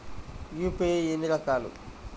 UPI ఎన్ని రకాలు?